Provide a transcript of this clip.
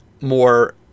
more